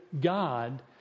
God